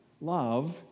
Love